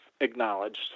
acknowledged